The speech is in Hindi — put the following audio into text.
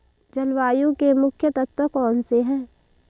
जलवायु के मुख्य तत्व कौनसे हैं?